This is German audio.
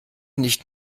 nicht